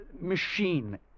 machine